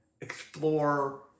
explore